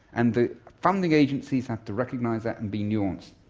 and the funding agencies have to recognise that and be nuanced.